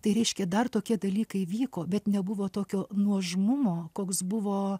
tai reiškė dar tokie dalykai vyko bet nebuvo tokio nuožmumo koks buvo